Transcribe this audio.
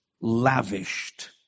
Lavished